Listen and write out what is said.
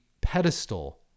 pedestal